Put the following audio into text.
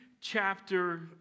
chapter